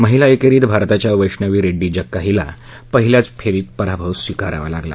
महिला एकेरीत भारताच्या वैष्णवी रेड्डी जक्का हिला पहिल्याच फेरीत पराभव पत्करावा लागला